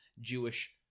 Jewish